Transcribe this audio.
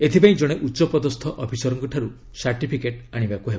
ଏଥିପାଇଁ ଜଣେ ଉଚ୍ଚପଦସ୍ଥ ଅଫିସରଙ୍କଠାରୁ ସାର୍ଟିଫିକେଟ ଆଶିବାକୁ ହେବ